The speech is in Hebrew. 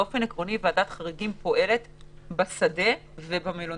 באופן עקרוני ועדת חריגים פועלת בשדה ובמלוניות.